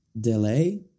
Delay